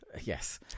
Yes